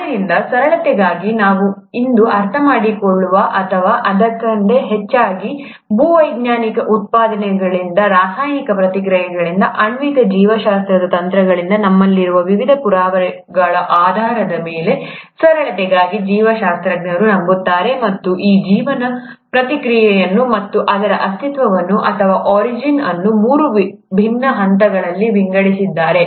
ಆದ್ದರಿಂದ ಸರಳತೆಗಾಗಿ ನಾವು ಇಂದು ಅರ್ಥಮಾಡಿಕೊಳ್ಳುವ ಅಥವಾ ಅದಕ್ಕಿಂತ ಹೆಚ್ಚಾಗಿ ಭೂವೈಜ್ಞಾನಿಕ ಉತ್ಖನನಗಳಿಂದ ರಾಸಾಯನಿಕ ಪ್ರತಿಕ್ರಿಯೆಗಳಿಂದ ಆಣ್ವಿಕ ಜೀವಶಾಸ್ತ್ರದ ತಂತ್ರಗಳಿಂದ ನಮ್ಮಲ್ಲಿರುವ ವಿವಿಧ ಪುರಾವೆಗಳ ಆಧಾರದ ಮೇಲೆ ಸರಳತೆಗಾಗಿ ಜೀವಶಾಸ್ತ್ರಜ್ಞರು ನಂಬುತ್ತಾರೆ ಮತ್ತು ಈ ಜೀವನ ಪ್ರಕ್ರಿಯೆಯನ್ನು ಮತ್ತು ಅದರ ಅಸ್ತಿತ್ವವನ್ನು ಅಥವಾ ಒರಿಜಿನ್ ಅನ್ನು ಮೂರು ವಿಭಿನ್ನ ಹಂತಗಳಲ್ಲಿ ವಿಂಗಡಿಸಿದ್ದಾರೆ